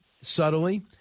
subtly